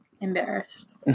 embarrassed